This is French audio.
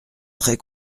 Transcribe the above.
très